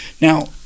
Now